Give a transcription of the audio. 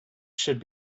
should